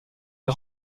est